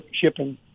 shipping